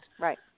right